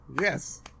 Yes